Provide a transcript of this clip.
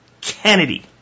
Kennedy